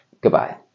Goodbye